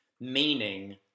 Meaning